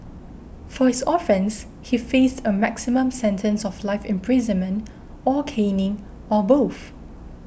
for his offence he faced a maximum sentence of life imprisonment or caning or both